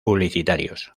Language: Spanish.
publicitarios